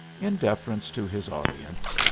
in deference to his audience,